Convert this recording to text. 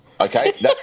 Okay